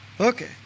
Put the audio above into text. Okay